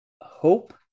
hope